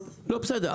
לא, בסדר.